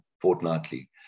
fortnightly